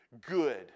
Good